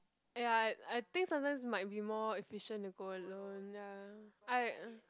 ya I I think sometimes might be more efficient to go alone ya I